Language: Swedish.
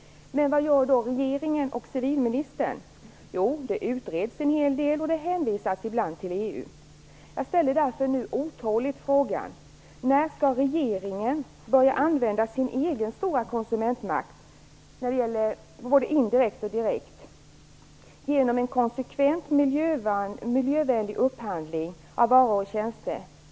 Men vad gör då regeringen och civilministern? Jo, det utreds en hel del, och det hänvisas ibland till EU. Jag ställer därför nu, otåligt, frågan: När skall regeringen börja använda sin egen stora konsumentmakt - indirekt och direkt - genom en konsekvent miljövänlig upphandling av varor och tjänster?